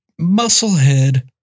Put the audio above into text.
musclehead